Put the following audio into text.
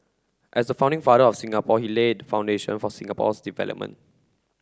as the founding father of Singapore he laid the foundation for Singapore's development